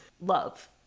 Love